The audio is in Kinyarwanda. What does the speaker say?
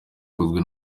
ikozwe